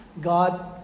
God